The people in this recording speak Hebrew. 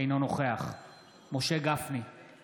אינו נוכח משה גפני, אינו נוכח סימון